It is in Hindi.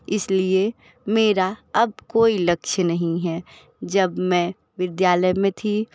इसलिए मेरा अब कोई लक्ष्य नहीं है जब मैं विद्यालय में थी